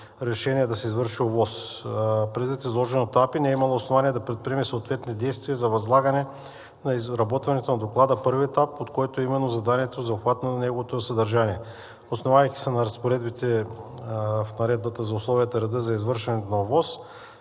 решение да се извърши ОВОС. Предвид изложеното АПИ не е имала основания да предприеме съответни действия за възлагане на изработването на доклада, първи етап от който е именно заданието за обхват на неговото съдържание. Основавайки се на разпоредбите в Наредбата за условията и реда за извършването на ОВОС,